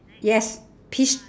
yes peach